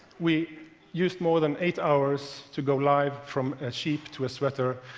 we used more than eight hours to go live from a sheep to a sweater,